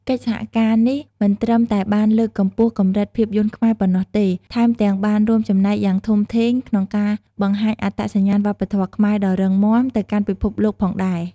កិច្ចសហការនេះមិនត្រឹមតែបានលើកកម្ពស់កម្រិតភាពយន្តខ្មែរប៉ុណ្ណោះទេ ថែមទាំងបានរួមចំណែកយ៉ាងធំធេងក្នុងការបង្ហាញអត្តសញ្ញាណវប្បធម៌ខ្មែរដ៏រឹងមាំទៅកាន់ពិភពលោកផងដែរ។